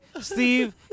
Steve